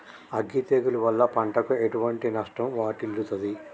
అగ్గి తెగులు వల్ల పంటకు ఎటువంటి నష్టం వాటిల్లుతది?